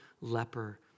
leper